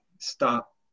Stop